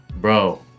Bro